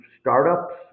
startups